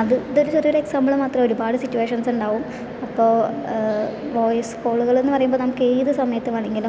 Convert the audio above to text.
അത് ഇതൊരു ചെറിയ ഒരു എക്സാമ്പിൾ മാത്രം ഒരുപാട് സിറ്റുവേഷൻസ് ഉണ്ടാവും അപ്പോൾ വോയിസ് കോളുകൾ എന്ന് പറയുമ്പോൾ നമുക്ക് ഏത് സമയത്ത് വേണമെങ്കിലും